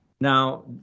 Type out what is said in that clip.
Now